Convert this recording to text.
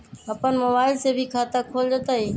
अपन मोबाइल से भी खाता खोल जताईं?